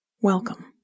Welcome